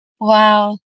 Wow